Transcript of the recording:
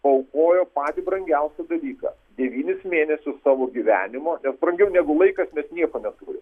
paaukojo patį brangiausią dalyką devynis mėnesius savo gyvenimo brangiau negu laikas mes nieko neturi